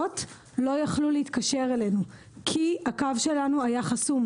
לא יכלו להתקשר אלינו כי הקו שלנו היה חסום.